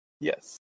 Yes